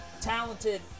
talented